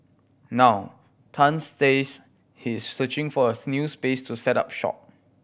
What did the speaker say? now Tan says he is searching for a new space to set up shop